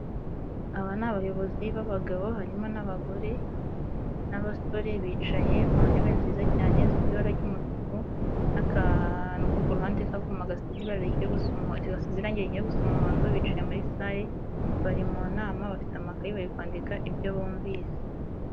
Aba ni abayobozi b'abagabo harimo n'abagore n'abasore bicaye mu ntebe nziza cyane zifite ibara ry'umutuku n'akantu ko kuruhande ka akuma gasize irangi rijya gusa umuhondo, bicaye muri salle bari mu nama bafite amakayi bari kwandika ibyo bumvise.